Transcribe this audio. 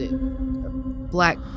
black